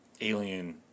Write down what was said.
alien